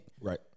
Right